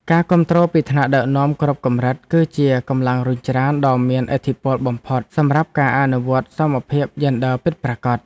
ការគាំទ្រពីថ្នាក់ដឹកនាំគ្រប់កម្រិត គឺជាកម្លាំងរុញច្រានដ៏មានឥទ្ធិពលបំផុតសម្រាប់ការអនុវត្តសមភាពយេនឌ័រពិតប្រាកដ។